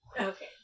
Okay